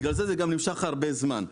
לכן זה גם נמשך הרבה זמן.